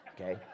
okay